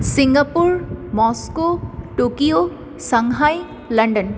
Singapore Moscow Tokyo Shanghai London